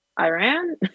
Iran